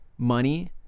money